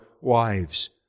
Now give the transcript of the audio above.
wives